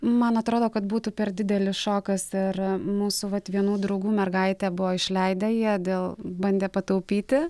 man atrodo kad būtų per didelis šokas ir mūsų vat vienų draugų mergaitę buvo išleidę jie dėl bandė pataupyti